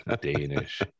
Danish